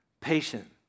patient